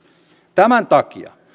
tämän takia